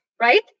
right